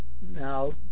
now